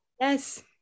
Yes